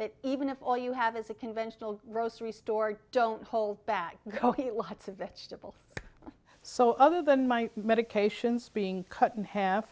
that even if all you have is a conventional rosary store don't hold back ok lots of vegetables so other than my medications being cut in half